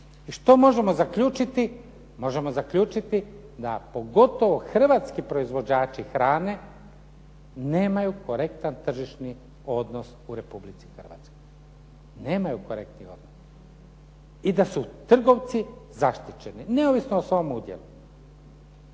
I što možemo zaključiti? Možemo zaključiti da pogotovo hrvatski proizvođači hrane nemaju korektan tržišni odnos u Republici Hrvatskoj, nemaju korektni odnos i da su trgovci zaštićeni neovisno o svom udjelu.